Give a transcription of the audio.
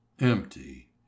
empty